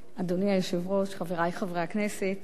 אדוני היושב-ראש, חברי חברי הכנסת,